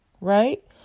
right